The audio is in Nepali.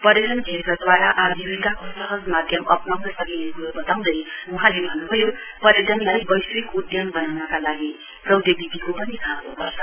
पर्यटन क्षेत्रद्वारा आजीविकाको सहज माध्य अप्नाउन सकिने करो बताउँदै वहाँले भन्न्भयो पर्यटनलाई बैशिक उधम बनाउनका लागि प्रौधोगिकीको पनि खाँचो पर्छ